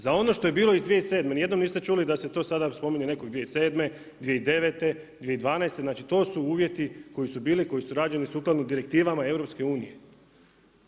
Za ono što je bilo iz 2007., nijednom niste čuli da se to sada spomene netko 2007., 2009., 2012., znači to su uvjeti koji su bili, koji su rađeni sukladno direktivama EU-a.